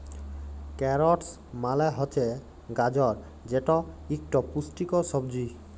carrots মালে হছে গাজর যেট ইকট পুষ্টিকর সবজি